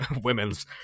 women's